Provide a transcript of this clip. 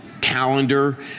calendar